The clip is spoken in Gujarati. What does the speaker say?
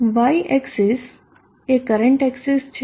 y એક્સીસ એ કરંટ એક્સીસ છે